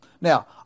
Now